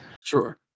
Sure